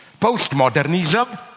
postmodernism